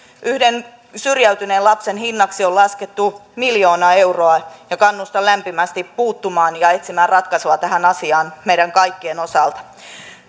yhden syrjäytyneen lapsen hinnaksi on laskettu miljoona euroa kannustan lämpimästi puuttumaan ja etsimään ratkaisua tähän asiaan meidän kaikkien osalta